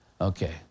Okay